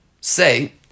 say